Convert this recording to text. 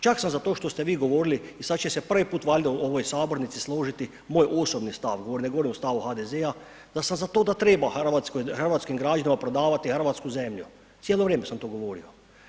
Čak sam za to što ste vi govorili i sad će se prvi put valjda u ovoj sabornici složiti, moj osobni stav govorim, ne govorim o stavu HDZ-a, da sam za to da to da treba Hrvatskoj, hrvatskim građanima prodavati hrvatsku zemlju, cijelo vrijeme sam to govorio.